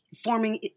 forming